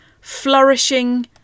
flourishing